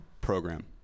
Program